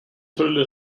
tolle